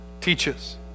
teaches